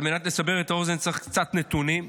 על מנת לסבר את האוזן, צריך קצת נתונים.